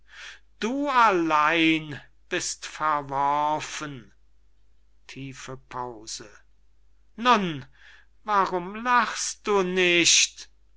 du allein bist verworfen tiefe pause nun warum lachst du nicht